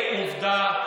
זה יהיה עובדה.